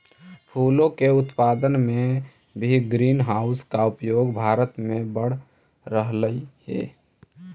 फूलों के उत्पादन में भी ग्रीन हाउस का उपयोग भारत में बढ़ रहलइ हे